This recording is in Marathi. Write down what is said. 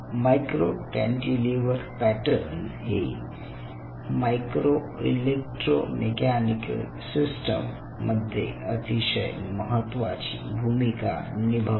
मायक्रो कॅन्टीलिव्हर पॅटर्न हे मायक्रो इलेक्ट्रो मेकॅनिकल सिस्टम मध्ये अतिशय महत्त्वाची भूमिका निभावते